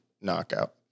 knockout